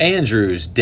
Andrews